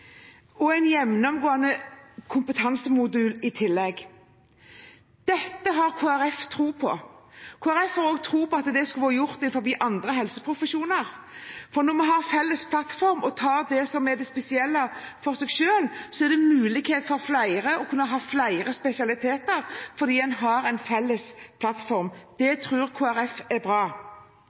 og en gjennomgående kompetansemodul i tillegg. Dette har Kristelig Folkeparti tro på. Kristelig Folkeparti har også tro på at dette skulle vært gjort innen andre helseprofesjoner, for når vi har en felles plattform og tar det som er det spesielle, for seg selv, er det mulighet for flere til å kunne ha flere spesialiteter – fordi en har en felles plattform. Det tror Kristelig Folkeparti er bra.